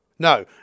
No